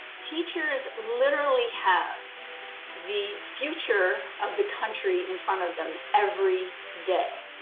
teachers literally have the future of the country in front of them every day.